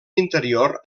interior